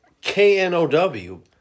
K-N-O-W